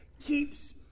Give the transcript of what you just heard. keeps